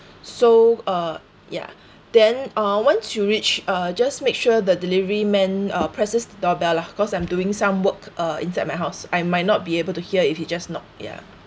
so uh yeah then uh once you reach uh just make sure the delivery man uh presses the doorbell lah cause I'm doing some work uh inside my house I might not be able to hear if he just knock ya